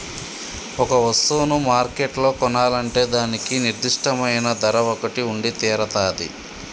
ఒక వస్తువును మార్కెట్లో కొనాలంటే దానికి నిర్దిష్టమైన ధర ఒకటి ఉండితీరతాది